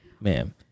ma'am